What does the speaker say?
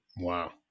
Wow